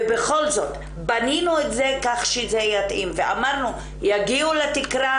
ובכל זאת בנינו את זה כך שזה יתאים ואמרנו: יגיעו לתקרה,